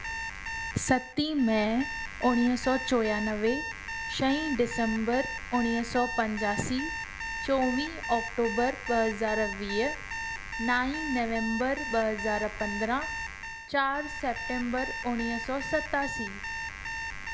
सतीं मई उणवीह सौ चोरानवे छही डिसेंबर उणवीह सौ पंजासी चोवीह ओक्टोबर ॿ हज़ार वीह नाईं नंवबर ॿ हज़ार पंदिरहं चारि सप्टेंबर उणवीह सौ सतासी